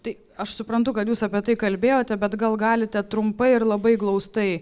tai aš suprantu kad jūs apie tai kalbėjote bet gal galite trumpai ir labai glaustai